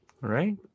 right